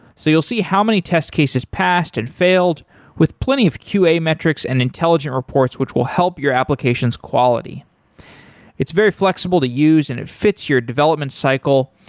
so you'll see how many test cases passed and failed with plenty of qa metrics and intelligent reports, which will help your applications' quality it's very flexible to use and it fits your development cycle.